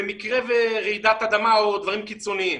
במקרה של רעידת אדמה או דברים קיצוניים.